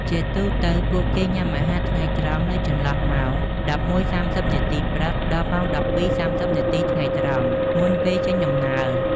ជាទូទៅ ពួកគេ ញ៉ាំអាហារថ្ងៃត្រង់ នៅចន្លោះម៉ោង ១១:៣០ នាទីព្រឹក ដល់ម៉ោង ១២:៣០ នាទីថ្ងៃត្រង់ មុនពេលចេញដំណើរ។